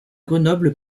grenoble